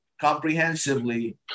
comprehensively